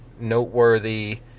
noteworthy